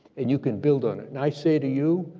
and you can build on it, and i say to you,